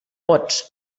pots